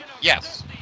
Yes